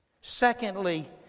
Secondly